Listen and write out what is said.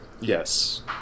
Yes